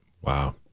Wow